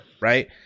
Right